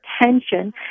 attention